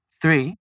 three